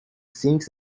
things